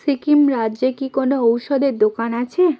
সিকিম রাজ্যে কি কোনও ওষুধের দোকান আছে